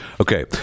Okay